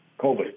COVID